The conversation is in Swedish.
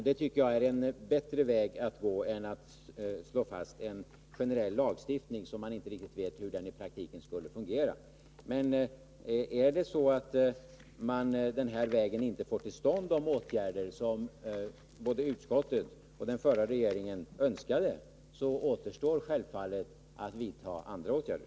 Det tycker jag är en bättre väg att gå än att stifta en generell lag som man inte vet hur den i praktiken skulle fungera. Men om man den här vägen inte får till stånd de åtgärder som både utskottet och den förra regeringen önskade, återstår självfallet att vidta andra åtgärder.